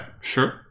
sure